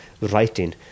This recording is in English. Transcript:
writing